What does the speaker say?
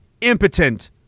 impotent